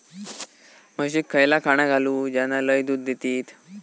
म्हशीक खयला खाणा घालू ज्याना लय दूध देतीत?